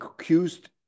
accused